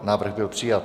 Návrh byl přijat.